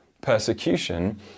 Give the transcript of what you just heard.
persecution